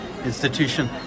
Institution